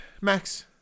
Max